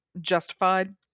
justified